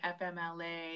FMLA